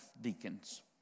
deacons